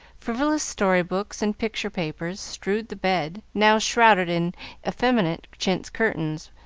frivolous story-books and picture-papers strewed the bed, now shrouded in effeminate chintz curtains,